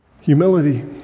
humility